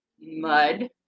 Mud